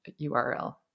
URL